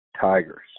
Tigers